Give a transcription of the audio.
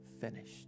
finished